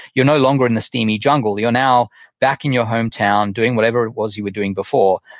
you're no longer in a steamy jungle. you're now back in your hometown doing whatever it was you doing before.